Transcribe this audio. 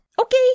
Okay